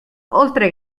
oltre